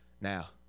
now